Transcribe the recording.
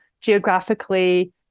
geographically